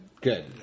good